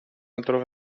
altro